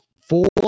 four